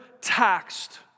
taxed